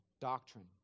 doctrine